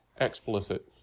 explicit